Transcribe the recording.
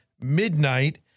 midnight